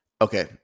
okay